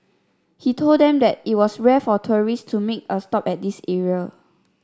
he told them that it was rare for tourists to make a stop at this area